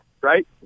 right